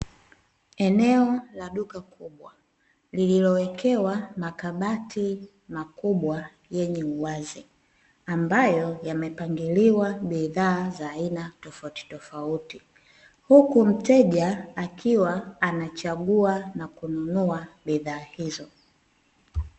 Eneo la duka kubwa lililowekewa makabati makubwa yenye uwazi ambayo yamepangiliwa bidhaa za aina tofauti tofauti huku mteja akiwa anachagua na kununua bidhaa hizo.